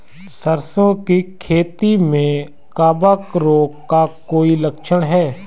सरसों की खेती में कवक रोग का कोई लक्षण है?